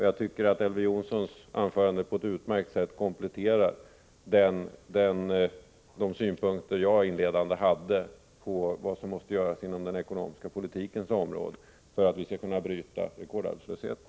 Jag tycker att Elver Jonssons anförande på ett utmärkt sätt kompletterar de synpunkter som jag inledningsvis framförde på vad som måste göras inom den ekonomiska politikens område för att vi skall kunna bryta rekordarbetslösheten.